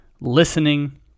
listening